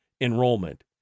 enrollment